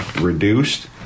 reduced